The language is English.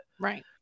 Right